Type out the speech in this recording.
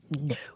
No